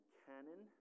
canon